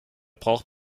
braucht